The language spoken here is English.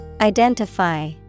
Identify